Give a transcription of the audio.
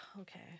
Okay